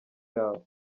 yabo